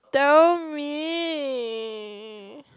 tell me